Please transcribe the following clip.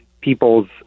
people's